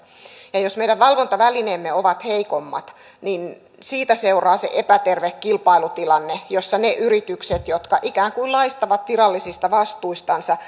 jos meidän valvontavälineemme ovat heikommat niin siitä seuraa se epäterve kilpailutilanne jossa ne yritykset jotka ikään kuin laistavat virallisista vastuistansa